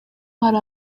hari